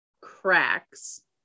cracks